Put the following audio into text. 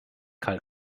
karl